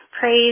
praise